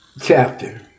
chapter